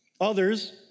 Others